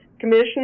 Commission